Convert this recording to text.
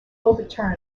overturned